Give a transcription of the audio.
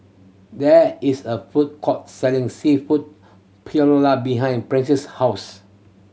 there is a food court selling Seafood Paella behind Princess' house